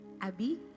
Abby